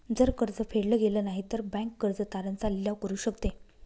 जर कर्ज फेडल गेलं नाही, तर बँक कर्ज तारण चा लिलाव करू शकते